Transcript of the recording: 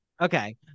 okay